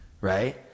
right